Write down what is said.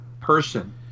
person